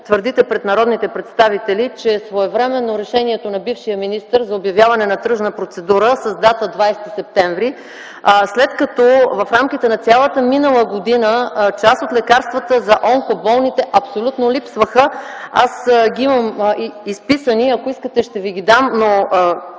твърдите пред народните представители, че своевременно решението на бившия министър за обявяване на тръжна процедура с дата 20 септември, след като в рамките на цялата минала година част от лекарствата за онкоболните абсолютно липсваха. Аз ги имам изписани, ако искате ще Ви ги дам, но